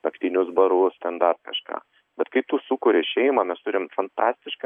naktinius barus ten dar kažką bet kai tu sukuri šeimą mes turime fantastišką